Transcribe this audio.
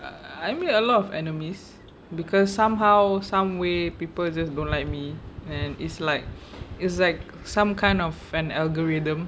uh I made a lot of enemies because somehow some way people just don't like me and is like is like some kind of an algorithm